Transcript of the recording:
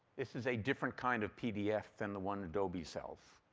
this is a different kind of pdf than the one adobe sells.